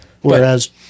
Whereas